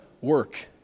work